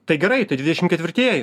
tai gerai tai dvidešimt ketvirtieji